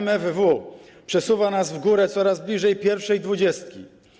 MFW przesuwa nas w górę coraz bliżej pierwszej dwudziestki.